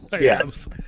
yes